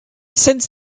since